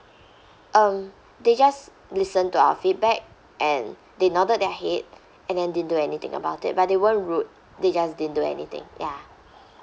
um they just listened to our feedback and they nodded their head and then didn't do anything about it but they weren't rude they just didn't do anything ya